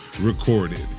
Recorded